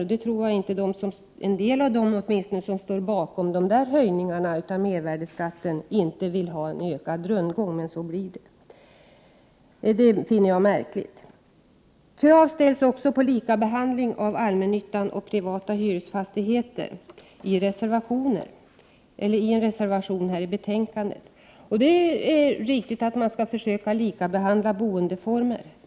Och jag tror att åtminstone en del av dem som står bakom de förslag som leder till dessa höjningar av mervärdeskatten inte vill ha en ökad rundgång, men så blir det. Detta finner jag märkligt. Krav ställs också i en reservation på likabehandling av allmännyttans fastigheter och privata hyresfastigheter. Det är riktigt att man skall försöka likabehandla olika boendeformer.